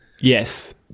Yes